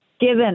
given